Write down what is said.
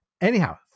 Anyhow